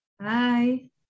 hi